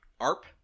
Arp